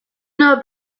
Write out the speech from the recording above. know